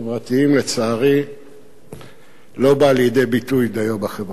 לצערי לא באה די לידי ביטוי בחברה הישראלית.